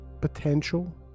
potential